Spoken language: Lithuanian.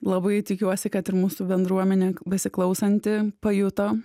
labai tikiuosi kad ir mūsų bendruomenė besiklausanti pajuto